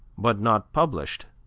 but not published.